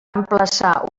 emplaçar